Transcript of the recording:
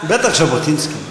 בטח ז'בוטינסקי.